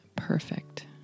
Perfect